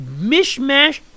mishmash